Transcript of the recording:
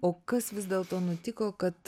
o kas vis dėlto nutiko kad